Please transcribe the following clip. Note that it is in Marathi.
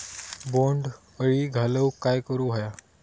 बोंड अळी घालवूक काय करू व्हया?